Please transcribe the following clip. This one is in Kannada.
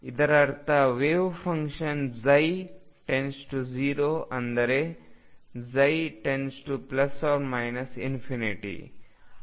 ಇದರರ್ಥ ವೆವ್ಫಂಕ್ಷನ್ ψ→0 ಅಂದರೆ x→±∞